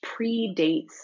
predates